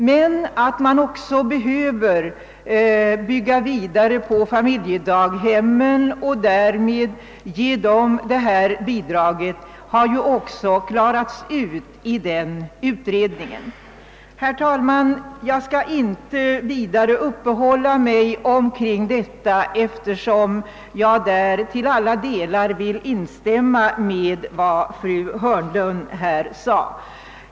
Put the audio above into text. Men att man också behöver bygga vidare på familjedaghemmen och ge dem en fastare organisation och statsbidrag har också klarats ut i utredningen. Herr talman! Jag skall inte vidare uppehålla mig vid denna fråga, eftersom jag därvidlag till alla delar kan instämma i vad fru Hörnlund sagt.